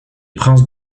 princes